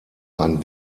ein